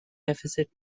deficit